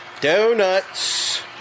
Donuts